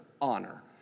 honor